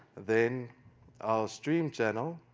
then our stream channel,